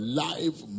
life